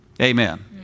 Amen